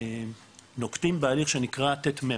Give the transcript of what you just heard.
נוקטים תהליך שנקרא, ט"מ,